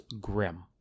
grim